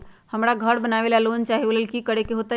हमरा घर बनाबे ला लोन चाहि ओ लेल की की करे के होतई?